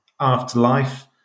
afterlife